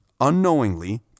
unknowingly